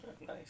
Nice